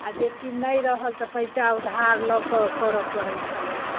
आओर जे चीज नहि रहल तऽ पैँचा उधार लऽ कऽ करऽ पड़ै छलैए